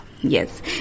Yes